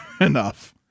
enough